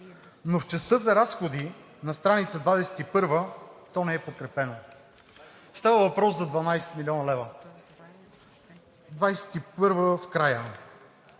но в частта за разходи на страница 21 то не е подкрепено. Става въпрос за 12 млн. лв., с които